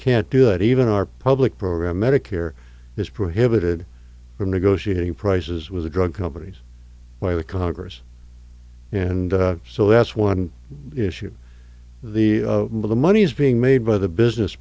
can't do it even our public program medicare is prohibited from negotiating prices with the drug companies by the congress and so that's one issue the for the money is being made by the business